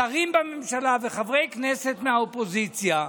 שרים בממשלה וחברי כנסת מהאופוזיציה,